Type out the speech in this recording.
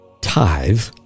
tithe